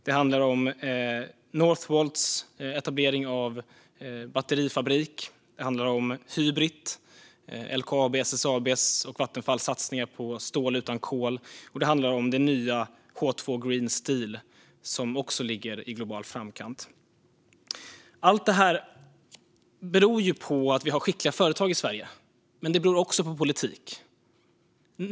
Det handlar om Northvolts etablering av en batterifabrik. Det handlar om Hybrit, alltså LKAB:s, SSAB:s och Vattenfalls satsningar på stål utan kol, och det handlar om det nya H2 Green Steel som också ligger i global framkant. Allt det här beror på att vi har skickliga företag i Sverige, men det beror också på politik.